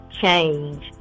change